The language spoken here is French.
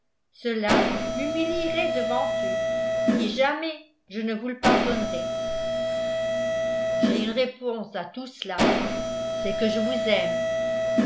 cela m'humilierait devant eux et jamais je ne vous le pardonnerais j'ai une réponse à tout cela c'est que je vous aime